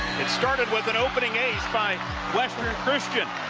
it started with an opening ace by western christian.